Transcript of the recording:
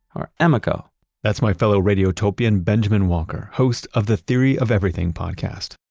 or emeco that's my fellow radiotopian benjamin walker, host of the theory of everything podcast.